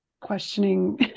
questioning